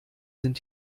sind